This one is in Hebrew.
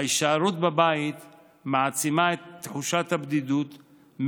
ההישארות בבית מעצימה את תחושת הבדידות,